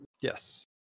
Yes